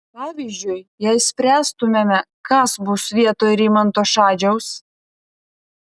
pavyzdžiui jei spręstumėme kas bus vietoj rimanto šadžiaus